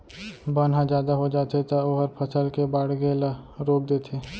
बन ह जादा हो जाथे त ओहर फसल के बाड़गे ल रोक देथे